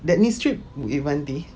that nice trip with aunty